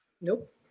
Nope